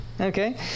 Okay